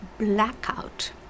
blackout